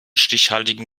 stichhaltigen